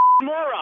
moron